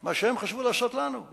מה שהם חשבו לעשות לנו.